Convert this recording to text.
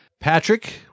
Patrick